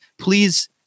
please